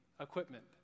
equipment